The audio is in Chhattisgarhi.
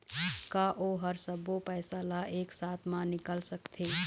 का ओ हर सब्बो पैसा ला एक साथ म निकल सकथे?